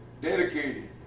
dedicated